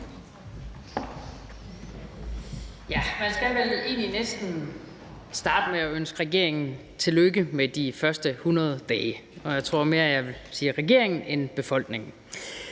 Man skal vel egentlig starte med at ønske regeringen tillykke med de første 100 dage – og jeg tror mere, det gælder regeringen end befolkningen.